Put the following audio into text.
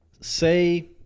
Say